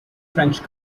french